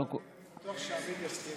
אני בטוח שעמית יסכים